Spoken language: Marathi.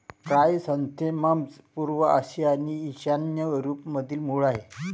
क्रायसॅन्थेमम्स पूर्व आशिया आणि ईशान्य युरोपमधील मूळ आहेत